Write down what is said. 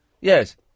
Yes